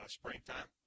springtime